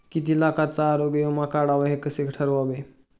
किती लाखाचा आरोग्य विमा काढावा हे कसे ठरवावे?